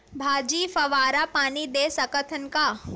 भाजी फवारा पानी दे सकथन का?